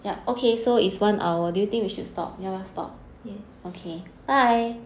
ya okay so is one hour do you think we should stop stop okay I